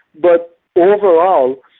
but but overall,